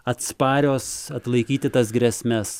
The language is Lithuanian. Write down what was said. atsparios atlaikyti tas grėsmes